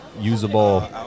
usable